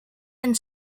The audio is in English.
and